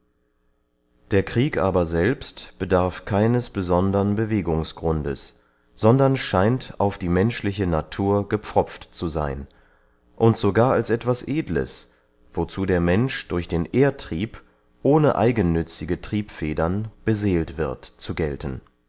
der krieg aber selbst bedarf keines besondern bewegungsgrundes sondern scheint auf die menschliche natur gepfropft zu seyn und sogar als etwas edles wozu der mensch durch den ehrtrieb ohne eigennützige triebfedern beseelt wird zu gelten